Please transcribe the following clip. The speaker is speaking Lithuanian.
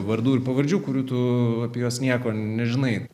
vardų ir pavardžių kurių tu apie juos nieko nežinai